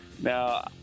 Now